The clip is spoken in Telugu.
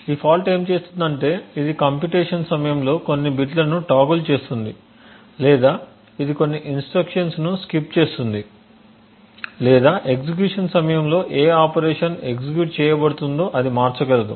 ఈ ఫాల్ట్ ఏమి చేస్తుందంటే ఇది కంప్యూటేషన్స్ సమయంలో కొన్ని బిట్లను టోగుల్ చేస్తుంది లేదా ఇది కొన్ని ఇన్స్ట్రక్షన్స్ను స్కిప్ చేస్తుంది లేదా ఎగ్జిక్యూషన్ సమయంలో ఏ ఆపరేషన్ ఎగ్జిక్యూట్ చేయబడుతుందో అది మార్చగలదు